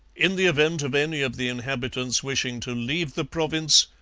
in the event of any of the inhabitants wishing to leave the province,